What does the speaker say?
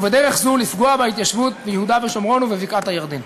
ובדרך זו לפגוע בהתיישבות ביהודה ושומרון ובבקעת-הירדן.